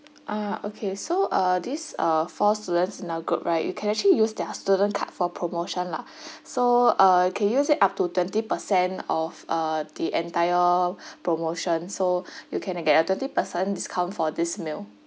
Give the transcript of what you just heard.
ah okay so uh this uh four students in your group right you can actually use their student card for promotion lah so uh can use it up to twenty percent of uh the entire promotion so you can get a twenty percent discount for this meal